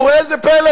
וראה זה פלא,